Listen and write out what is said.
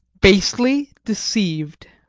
basely deceived.